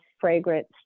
fragrance